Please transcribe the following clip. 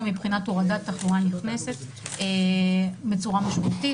מבחינת הורדת תחלואה נכנסת בצורה משמעותית,